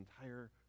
entire